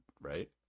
right